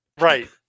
Right